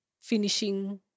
finishing